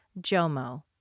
JOMO